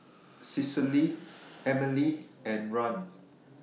Cecile Emely and Rahn